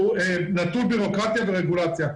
שהוא נטול בירוקרטיה ורגולציה.